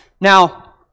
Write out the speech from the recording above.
Now